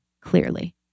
clearly